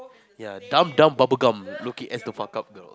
ya dumb dumb bubble gum looking at her buttock